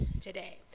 today